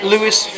Lewis